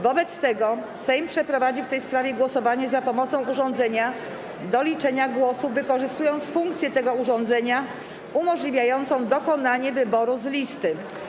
Wobec tego Sejm przeprowadzi w tej sprawie głosowanie za pomocą urządzenia do liczenia głosów, wykorzystując funkcję tego urządzenia umożliwiającą dokonanie wyboru z listy.